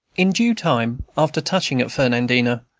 in due time, after touching at fernandina,